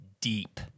deep